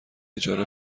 اجاره